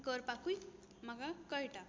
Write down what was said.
करपाकूय म्हाका कळटा